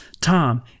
Tom